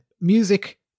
music